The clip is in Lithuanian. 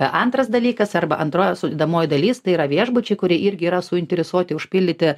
antras dalykas arba antroji sudedamoji dalis tai yra viešbučiai kurie irgi yra suinteresuoti užpildyti